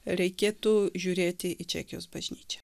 reikėtų žiūrėti į čekijos bažnyčią